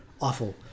awful